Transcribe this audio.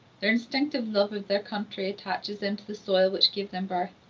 their instinctive love of their country attaches them to the soil which gave them birth,